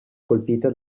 colpita